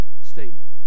statement